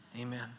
Amen